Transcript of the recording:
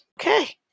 Okay